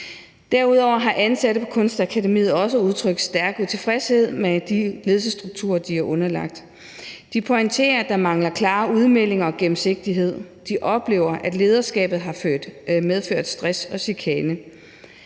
Derudover har ansatte på Kunstakademiet også udtrykt stærk utilfredshed med de ledelsesstrukturer, som de er underlagt. De pointerer, at der mangler klare udmeldinger og gennemsigtighed. De oplever, at lederskabet har medført stress eller chikane.